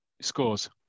scores